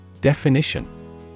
Definition